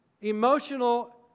Emotional